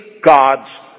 God's